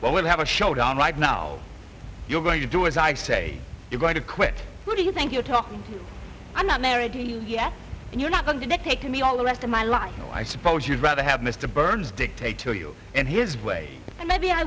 but we'll have a showdown right now you're going to do as i say you're going to quit do you think you're talking i'm not married yet and you're not going to make a can be all the rest of my life and i suppose you'd rather have mr burns dictate to you and his way and maybe i